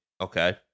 okay